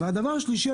והדבר השלישי,